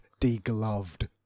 Degloved